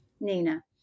Nina